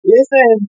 Listen